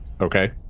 okay